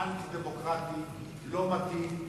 דבר אנטי-דמוקרטי, לא מתאים,